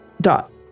dot